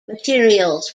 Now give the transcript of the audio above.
materials